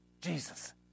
Jesus